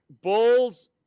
Bulls